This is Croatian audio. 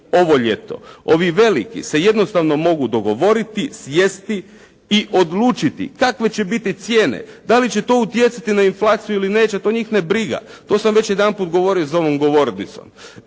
ovo ljeto. Ovi veliki se jednostavno mogu dogovoriti, sjesti i odlučiti kakve će biti cijene, da li će to utjecati na inflaciju ili neće to njih ne briga, to sam već jedanputa govorio za ovom govornicom.